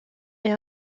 est